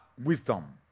wisdom